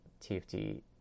TFT